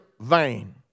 vain